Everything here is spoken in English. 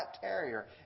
Terrier